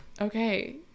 okay